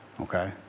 Okay